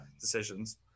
decisions